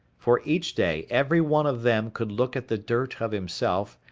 for each day every one of them could look at the dirt of himself,